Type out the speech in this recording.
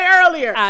earlier